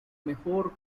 mejor